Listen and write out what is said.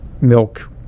milk